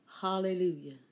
Hallelujah